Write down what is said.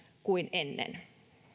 kuin ennen